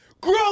Grow